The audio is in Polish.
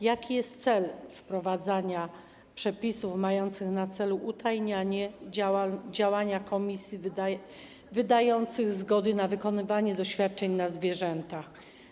Jaki jest cel wprowadzenia przepisów mających na celu utajnienie działania komisji wydających zgodę na wykonywanie doświadczeń na zwierzętach?